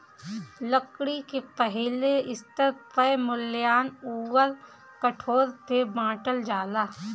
लकड़ी के पहिले स्तर पअ मुलायम अउर कठोर में बांटल जाला